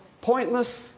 pointless